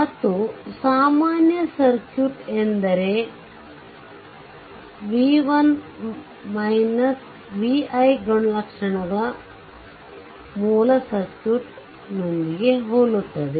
ಮತ್ತು ಸಮಾನ ಸರ್ಕ್ಯೂಟ್ ಎಂದರೆ ಅವರ v i ಗುಣಲಕ್ಷಣವು ಮೂಲ ಸರ್ಕ್ಯೂಟ್ನೊಂದಿಗೆ ಹೋಲುತ್ತದೆ